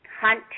hunt